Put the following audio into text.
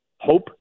hope